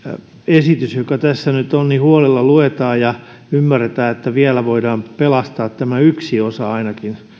esitys joka tässä nyt on huolella luetaan ja ymmärretään että vielä voidaan pelastaa tämä yksi osa ainakin